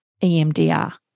EMDR